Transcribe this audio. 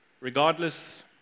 regardless